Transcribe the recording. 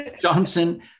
Johnson